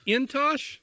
Intosh